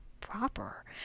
proper